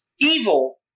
Evil